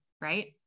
Right